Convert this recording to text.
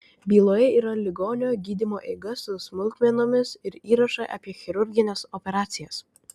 byloje yra ligonio gydymo eiga su smulkmenomis ir įrašai apie chirurgines operacijas